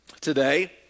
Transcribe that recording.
Today